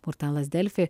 portalas delfi